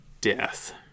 death